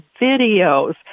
videos